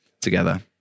together